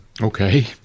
Okay